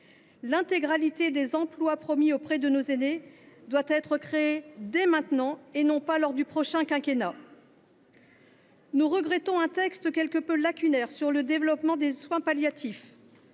L’ensemble des emplois promis auprès de nos aînés doivent être créés dès maintenant et non pas lors du prochain quinquennat. Nous regrettons, en outre, que le texte soit quelque peu lacunaire sur le développement des soins palliatifs.